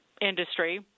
industry